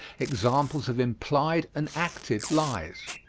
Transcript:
examples of implied and acted lies.